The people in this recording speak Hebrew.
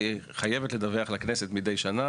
והיא חייבת לדווח מדי שנה